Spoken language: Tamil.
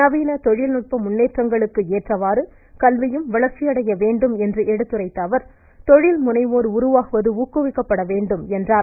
நவீன தொழில்நுட்ப முன்னேற்றங்களுக்கு ஏற்றவாறு கல்வியும் வளர்ச்சியடைய வேண்டும் என்று எடுத்துரைத்த அவர் தொழில் முனைவோர் உருவாவது ஊக்குவிக்கப்பட வேண்டும் என்றார்